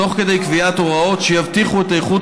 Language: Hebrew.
תוך קביעת הוראות שיבטיחו את איכות